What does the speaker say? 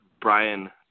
Brian